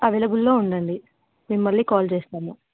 అవైలబుల్లో ఉండండి మేము మళ్ళీ కాల్ చేస్తాము